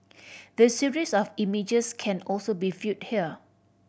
the series of images can also be viewed here